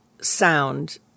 sound